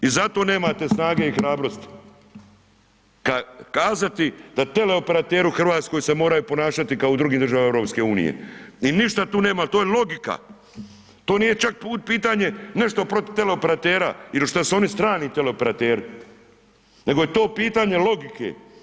I zato nemate snage i hrabrosti kazati da teleoperateri u Hrvatskoj se moraju ponašati kao u drugim državama EU-a i ništa tu nema, to je logika, to nije čak pitanje nešto protiv teleoperatera ili šta su oni strani teleoperateri nego je to pitanje logike.